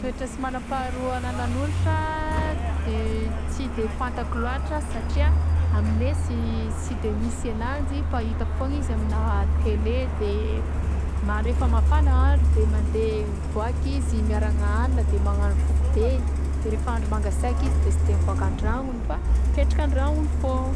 Toetra tsy manam-paharoa agnanan'ny orsa de tsy fantako lôatra satria aminay tsy tsy de misy agnazy fa hitako foagna izy aminà tele de; ma rehefa mafagna andro de mivoaka mandeha miarana hanina de magnano voky izy de rehefa andro mangaseiky izy de sy mivaoka antragnony fa mipetraka andragnony foagnan.